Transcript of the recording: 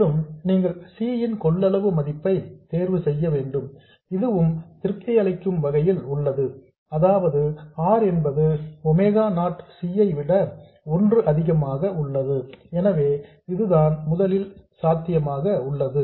மேலும் நீங்கள் C இன் கொள்ளளவு மதிப்பை தேர்வு செய்ய வேண்டும் இதுவும் திருப்தி அளிக்கும் வகையில் உள்ளது அதாவது R என்பது ஒமேகா நாட் C ஐ விட 1 அதிகமாக உள்ளது எனவே இதுதான் முதலில் சாத்தியமாக உள்ளது